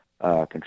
control